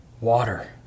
Water